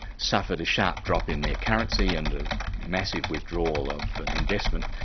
suffered a sharp drop in their currency, and a massive withdrawal of investment,